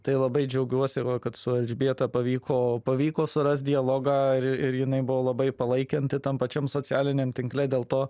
tai labai džiaugiuosi kad su elžbieta pavyko pavyko surast dialogą ir ir jinai buvo labai palaikanti tam pačiam socialiniam tinkle dėl to